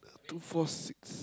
two four six